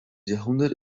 jahrhundert